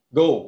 go